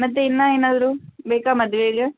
ಮತ್ತು ಇನ್ನೂ ಏನಾದರೂ ಬೇಕಾ ಮದುವೆಗೆ